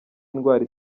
indwara